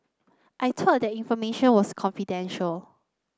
I thought that information was confidential